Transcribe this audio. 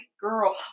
girl